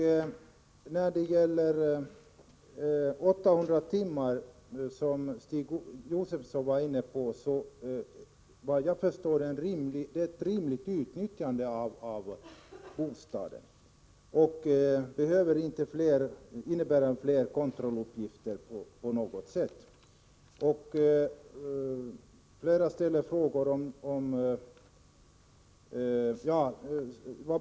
Stig Josefson talade om 800 timmar. Vad jag förstår är det ett rimligt utnyttjande av bostaden. Det behöver inte innebära fler kontrolluppgifter på — Nr 121 något sätt.